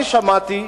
אני שמעתי,